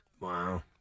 Wow